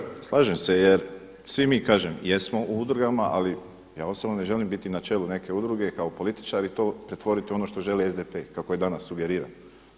Kolega Žagar, slažem se jer svi mi kažem jesmo u udrugama, ali ja osobno ne želim biti na čelu neke udruge i kao političari to pretvoriti u ono što želi SDP kako je danas sugerirao.